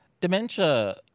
Dementia